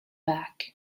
back